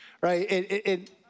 Right